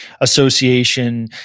association